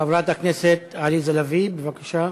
חברת הכנסת עליזה לביא, בבקשה.